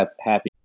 Happy